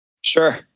Sure